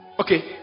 Okay